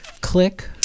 click